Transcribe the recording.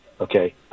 Okay